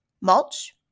mulch